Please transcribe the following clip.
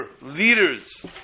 leaders